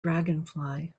dragonfly